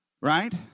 right